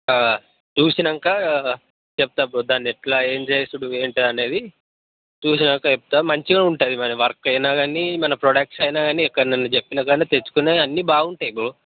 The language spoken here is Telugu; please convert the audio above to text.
చుసినాకా చెప్తా బ్రో దాన్ని ఎట్లా ఏం చేసుడు ఏంటా అనేది చుసినాక చెప్తా మంచిగా ఉంటుంది మన వర్క్ అయినా గానీ మన ప్రోడక్ట్ అయినా గానీ ఎక్కడ ఎక్కడైనా తెపించినా తెచ్చుకున్నయి బాగుంటాయి బ్రో